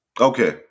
Okay